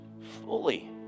fully